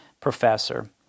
professor